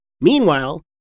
Meanwhile